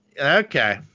okay